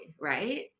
right